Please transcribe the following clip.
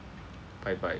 bye bye